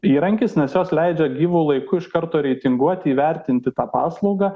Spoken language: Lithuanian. įrankis nes jos leidžia gyvu laiku iš karto reitinguoti įvertinti tą paslaugą